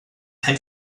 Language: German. ein